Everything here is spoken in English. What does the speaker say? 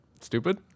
stupid